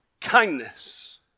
kindness